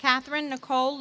catherine nicol